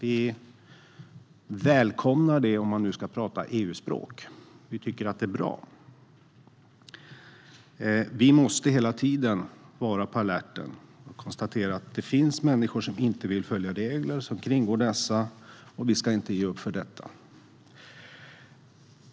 Vi välkomnar det, om man nu ska prata EU-språk, och tycker att det är bra. Vi måste hela tiden vara på alerten. Vi kan konstatera att det finns människor som inte vill följa regler, som kringgår dessa, och vi ska inte ge upp för detta.